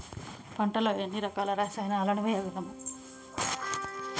పంటలలో ఎన్ని రకాల రసాయనాలను వేయగలము?